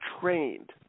trained